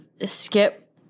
skip